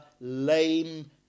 lame